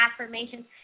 affirmations